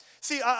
See